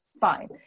fine